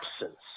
absence